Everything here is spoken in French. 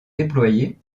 déployés